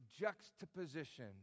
juxtaposition